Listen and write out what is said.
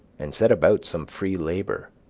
and set about some free labor.